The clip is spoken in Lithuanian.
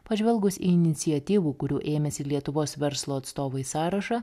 pažvelgus į iniciatyvų kurių ėmėsi lietuvos verslo atstovai sąrašą